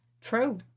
True